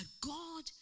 God